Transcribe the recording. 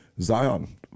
Zion